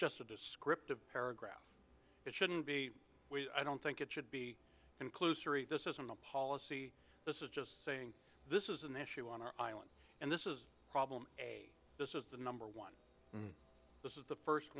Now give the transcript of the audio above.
just a descriptive paragraph it shouldn't be i don't think it should be inclusive this isn't a policy this is just saying this is an issue on our island and this is a problem this is the number one this is the first